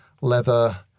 leather